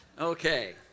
Okay